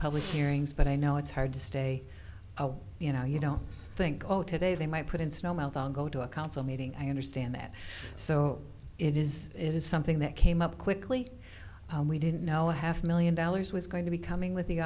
public hearings but i know it's hard to stay you know you don't think oh today they might put in snow melt on go to a council meeting i understand that so it is it is something that came up quickly we didn't know the half million dollars was going to be coming with the